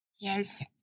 Yes